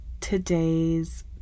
today's